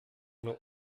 nur